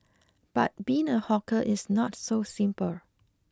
but being a hawker it's not so simple